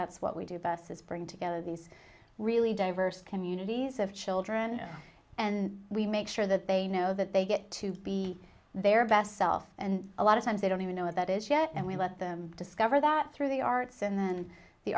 that's what we do best is bring together these really diverse communities of children and we make sure that they know that they get to be their best self and a lot of times they don't even know what that is yet and we let them discover that through the arts and then the